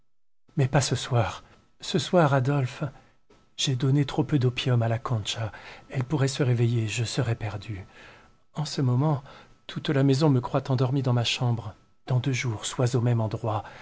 mais pas ce soir ce soir adolphe j'ai donné trop peu d'opium à la concha elle pourrait se réveiller je serais perdue en ce moment toute la maison me croit endormie dans ma chambre dans deux jours sois au même endroit